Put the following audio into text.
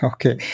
Okay